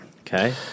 Okay